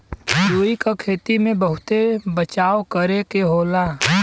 रुई क खेती में बहुत बचाव करे के होला